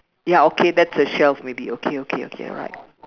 ya okay that's a shelf maybe okay okay okay alright